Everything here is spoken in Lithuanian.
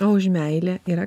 o už meilę yra